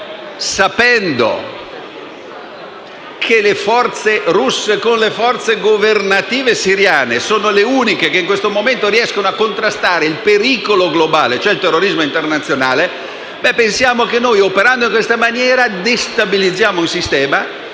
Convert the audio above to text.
sapendo che le forze russe, assieme alle forze governative siriane, sono ora le uniche che riescono a contrastare il pericolo globale, cioè il terrorismo internazionale: ebbene, pensiamo che, operando in questa maniera, destabilizziamo un sistema